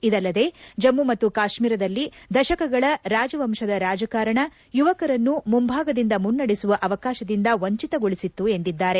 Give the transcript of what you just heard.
ಇದಲ್ಲದೆ ಜಮ್ಮು ಮತ್ತು ಕಾಶ್ಮೀರದಲ್ಲಿ ದಶಕಗಳ ರಾಜವಂಶದ ರಾಜಕಾರಣ ಯುವಕರನ್ನು ಮುಂಭಾಗದಿಂದ ಮುನ್ನ ಡೆಸುವ ಅವಕಾಶದಿಂದ ವಂಚಿತೆಗೊಳಿಸಿತ್ತು ಎಂದಿದ್ದಾರೆ